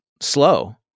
slow